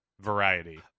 variety